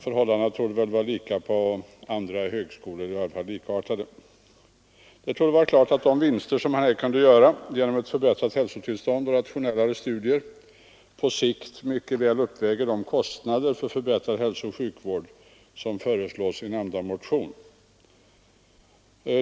Förhållandena är förmodligen likartade på andra högskolor. Det torde stå klart att de vinster som här kunde göras genom ett förbättrat hälsotillstånd och rationellare studier på sikt mycket väl uppväger kostnaderna för den förbättrade hälsooch sjukvård som föreslås i nämnda motion.